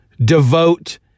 devote